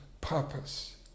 purpose